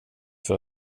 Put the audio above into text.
för